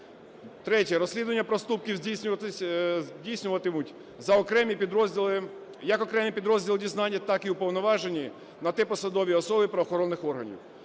Третє. Розслідування проступків здійснюватимуть за окремі підрозділи… як окремі підрозділи дізнання, так і уповноважені на те посадові особи правоохоронних органів.